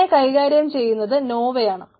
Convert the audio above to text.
ഇതിനെ കൈകാര്യം ചെയ്യുന്നത് നോവയാണ്